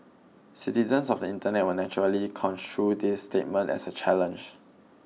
citizens of the Internet will naturally construe this statement as a challenge